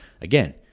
again